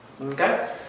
Okay